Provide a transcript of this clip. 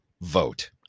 vote